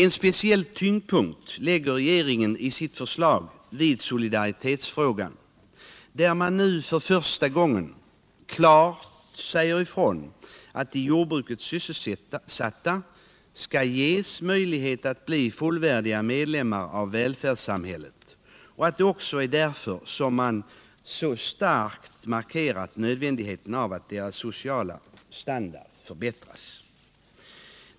En speciell tyngdpunkt lägger regeringen i sitt förslag vid solidaritetsfrågan, där man nu för första gången klart säger ifrån att jordbrukets sysselsatta skall ges möjlighet att bli fullvärdiga medlemmar av välfärdssamhället. Det är också därför man så starkt markerar nödvändigheten av att deras sociala standard förbättras.